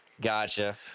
Gotcha